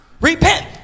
repent